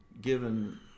given